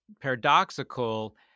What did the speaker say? paradoxical